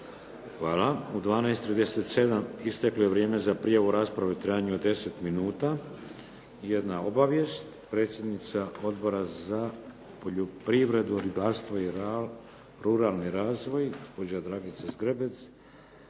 Hvala. U 12,37 isteklo je vrijeme za prijavu rasprave u trajanju od 10 minuta. Jedna obavijest. Predsjednica Odbora za poljoprivredu, ribarstvo i ruralni razvoj, gospođa Dragica Zgrebec,